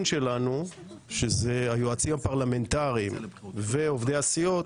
שלנו שזה היועצים הפרלמנטריים ועובדי הסיעות,